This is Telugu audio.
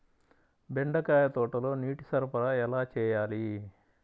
బెండకాయ తోటలో నీటి సరఫరా ఎలా చేయాలి?